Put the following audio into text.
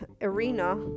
arena